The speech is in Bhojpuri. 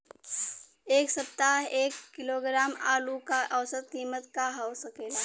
एह सप्ताह एक किलोग्राम आलू क औसत कीमत का हो सकेला?